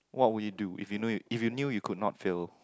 what would you do if you know you if you knew you could not fail